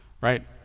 right